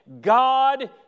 God